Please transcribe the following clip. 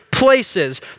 Places